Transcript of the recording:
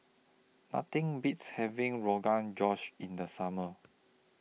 Nothing Beats having Rogan Josh in The Summer